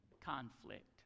conflict